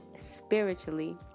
spiritually